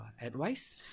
advice